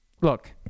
Look